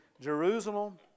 Jerusalem